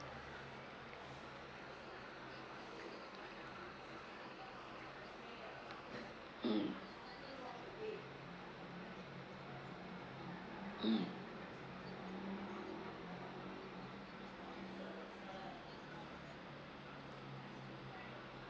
mm mm